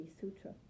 Sutra